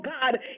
God